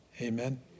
Amen